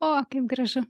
o kaip gražu